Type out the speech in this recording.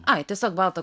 ai tiesiog baltą